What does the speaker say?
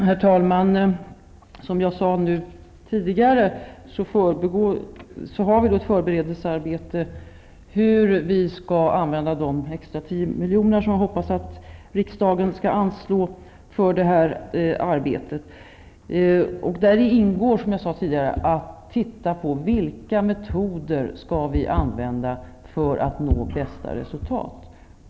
Herr talman! Som jag sade tidigare, pågår ett förberedelsearbete för att klargöra hur vi skall använda de extra 10 milj.kr. som jag hoppas att riksdagen skall anslå för detta ändamål. Däri ingår att titta på vilka metoder som vi skall använda för att nå bästa resultat.